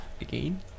Again